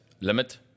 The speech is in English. Limit